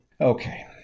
Okay